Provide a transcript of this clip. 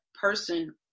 person